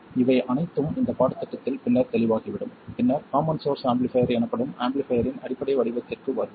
எனவே இவை அனைத்தும் இந்த பாடத்திட்டத்தில் பின்னர் தெளிவாகிவிடும் பின்னர் காமன் சோர்ஸ் ஆம்பிளிஃபைர் எனப்படும் ஆம்பிளிஃபைர்ரின் அடிப்படை வடிவத்திற்கு வருவோம்